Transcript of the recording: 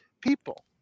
people